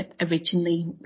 originally